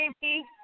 Baby